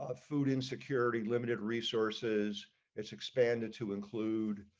ah food insecurity, limited resources has expanded to include